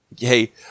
Hey